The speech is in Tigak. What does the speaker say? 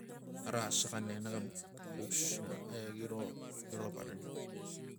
Xara saxa ne nabux xus e giro giro panaliu